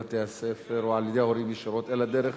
בתי-הספר או על-ידי ההורים ישירות אלא דרך